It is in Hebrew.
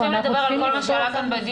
אנחנו הולכים לדבר על כל מה שעלה כאן בדיון,